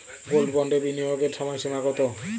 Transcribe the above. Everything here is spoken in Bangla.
গোল্ড বন্ডে বিনিয়োগের সময়সীমা কতো?